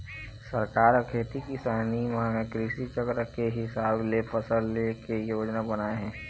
सरकार ह खेती किसानी म कृषि चक्र के हिसाब ले फसल ले के योजना बनाए हे